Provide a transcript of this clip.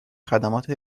خدمات